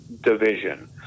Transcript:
division